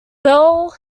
bell